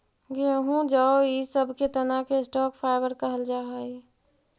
गेहूँ जौ इ सब के तना के स्टॉक फाइवर कहल जा हई